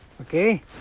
Okay